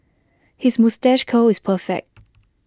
his moustache curl is perfect